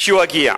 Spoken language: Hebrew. שהוא יגיע.